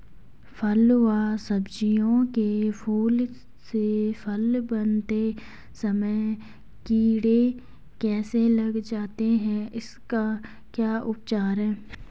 फ़ल व सब्जियों के फूल से फल बनते समय कीड़े कैसे लग जाते हैं इसका क्या उपचार है?